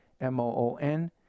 M-O-O-N